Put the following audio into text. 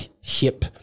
hip